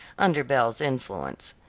under belle's influence.